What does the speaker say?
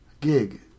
gig